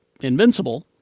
Invincible